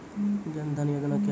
जन धन योजना क्या है?